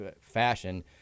fashion